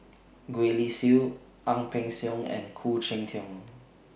Gwee Li Sui Ang Peng Siong and Khoo Cheng Tiong